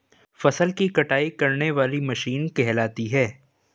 फसल की कटाई करने वाली मशीन कहलाती है?